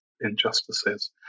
injustices